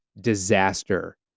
disaster